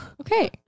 Okay